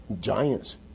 Giants